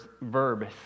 verb